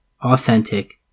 authentic